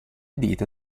dita